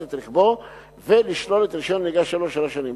את רכבו ולשלול את רשיון הנהיגה שלו לשלוש שנים,